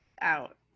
out